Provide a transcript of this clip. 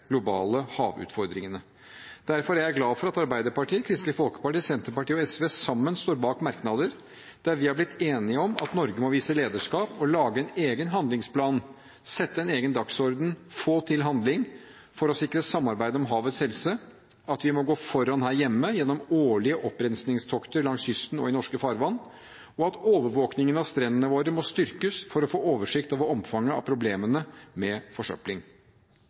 globale havutfordringene. Derfor er jeg glad for at Arbeiderpartiet, Kristelig Folkeparti, Senterpartiet og SV sammen står bak merknader der vi har blitt enige om at Norge må vise lederskap og lage en egen handlingsplan, sette en egen dagsorden, få til handling for å sikre samarbeid om havets helse, at vi må gå foran her hjemme gjennom årlige opprenskningstokt langs kysten og i norske farvann, og at overvåkningen av strendene våre må styrkes for å få oversikt over omfanget av problemene med forsøpling.